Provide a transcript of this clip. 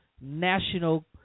national